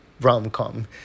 rom-com